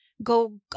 Go